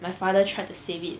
my father tried to save it